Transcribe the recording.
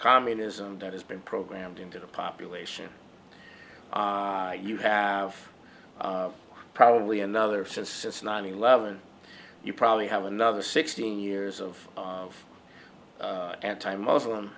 communism that has been programmed into the population you have probably another since since nine eleven you probably have another sixteen years of of anti